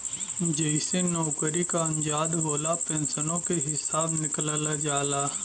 जइसे नउकरी क अंदाज होला, पेन्सनो के हिसब निकालल जाला